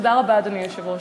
תודה רבה, אדוני היושב-ראש.